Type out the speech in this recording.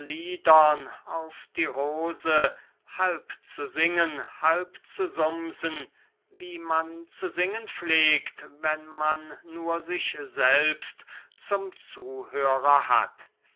auf die rose halb zu singen halb zu summsen wie man zu singen pflegt wenn man nur sich selbst zum zuhörer hat